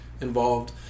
involved